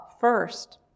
first